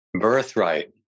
birthright